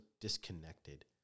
disconnected